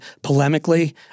polemically